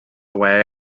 away